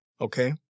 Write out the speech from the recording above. Okay